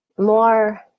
more